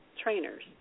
trainers